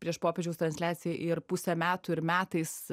prieš popiežiaus transliaciją ir pusę metų ir metais